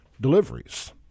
deliveries